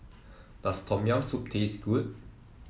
does Tom Yam Soup taste good